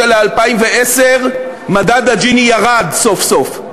יש עוד דבר נכון: מ-2009 ל-2010 מדד ג'יני ירד סוף-סוף,